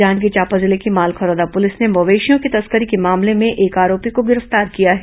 जांजगीर चांपा जिले की मालखरौदा पुलिस ने मवेशियों की तस्करी के मामले में एक आरोपी को गिरफ्तार किया है